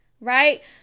right